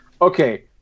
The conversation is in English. Okay